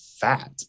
fat